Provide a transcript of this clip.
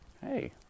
hey